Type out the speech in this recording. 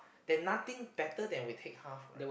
then nothing better than we take half right